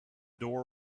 door